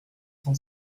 cent